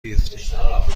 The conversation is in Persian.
بیفتیم